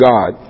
God